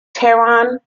tehran